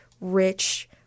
rich